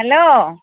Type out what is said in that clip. hello